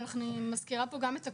אני מזכירה פה גם את הקורונה.